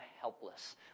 helpless